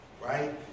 right